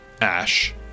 Ash